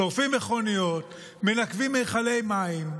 שורפים מכוניות, מנקבים מכלי מים,